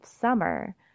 Summer